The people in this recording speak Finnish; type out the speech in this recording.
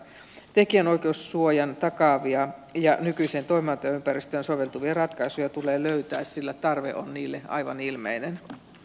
tekijänoikeussuojan takaavia ja nykyiseen toimintaympäristöön soveltuvia ratkaisuja tulee löytää sillä tarve on niille aivan ilmeinen